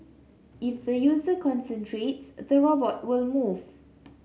if the user concentrates the robot will move